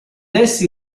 essi